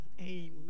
amen